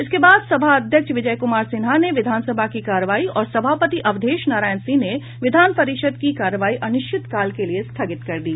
इसके बाद सभा अध्यक्ष विजय कुमार सिन्हा ने विधनसभा की कार्यवाही और सभापति अवधेश नारायण सिंह ने विधान परिषद की कार्यवाही अनिश्चितकाल के लिए स्थगित कर दी